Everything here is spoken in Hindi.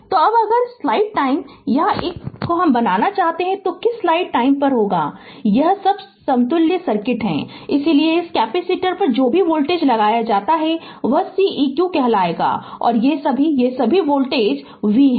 तो अब अगर स्लाइड टाइम यहां एक बनाना चाहते हैं तो किस स्लाइड टाइम कॉल पर होगा कि यह सब समतुल्य सर्किट है इसलिए इस कैपेसिटर पर जो भी वोल्टेज लगाया जाता है वह Ceq कहलायेगा और ये सभी और ये सभी वोल्टेज ये सभी वोल्टेज v हैं